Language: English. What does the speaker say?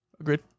Agreed